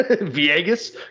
Vegas